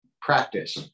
practice